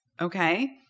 okay